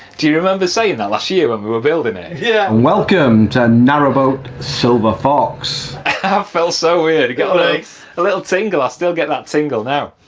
do you remember saying that last year when we were building it? yeah. welcome to narrowboat silver fox that felt so weird got a a little tingle, i still get that tingle now.